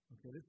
Okay